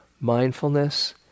Mindfulness